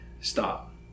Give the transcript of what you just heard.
stop